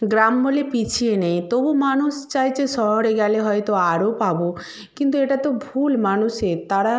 গ্রাম বলে পিছিয়ে নেই তবু মানুষ চাইছে শহরে গেলে হয়তো আরো পাব কিন্তু এটা তো ভুল মানুষের তারা